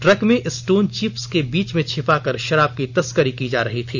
truck में stone chips के बीच में छिपाकर शराब की तस्करी की जा रही थी